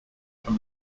from